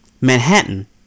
Manhattan